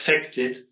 affected